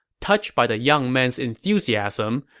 touched by the young man's enthusiasm,